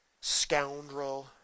Scoundrel